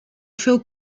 phil